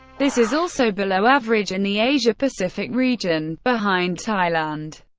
this is also below average in the asia pacific region, behind thailand,